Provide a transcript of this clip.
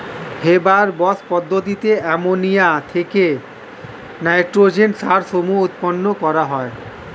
Haber Bosch পদ্ধতিতে ammonia থেকে nitrogen সার সমূহ উৎপন্ন করা হয়